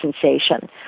sensation